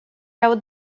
out